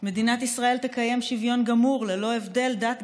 מדינת ישראל תקיים שוויון גמור ללא הבדל דת,